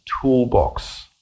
toolbox